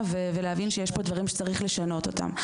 ולהבין שיש פה דברים שצריך לשנות אותם.